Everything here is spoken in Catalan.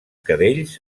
cadells